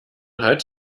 hat